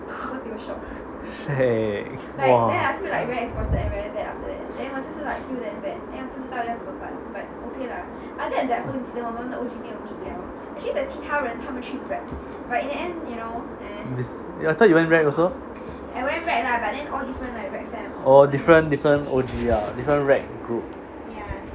shag !wah! I thought you went recc~ also oh different different O_G ah different recc~ group